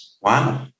Wow